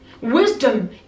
Wisdom